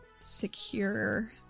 secure